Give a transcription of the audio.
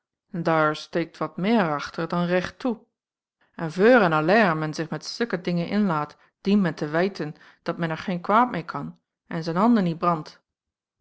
dair steikt wat meir achter dan recht toe en veur en alleier m'n zich met zukke dingen inlaat dient men te weiten dat men er geen kwaad meê kan en z'n handen niet brandt